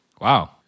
wow